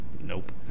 Nope